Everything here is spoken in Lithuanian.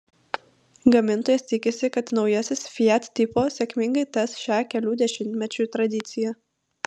gamintojas tikisi kad naujasis fiat tipo sėkmingai tęs šią kelių dešimtmečių tradiciją